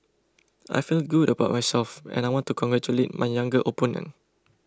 I feel good about myself and I want to congratulate my younger opponent